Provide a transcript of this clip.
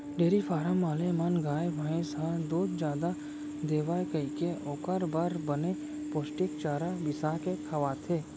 dairy farm वाले मन गाय, भईंस ह दूद जादा देवय कइके ओकर बर बने पोस्टिक चारा बिसा के खवाथें